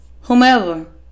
whomever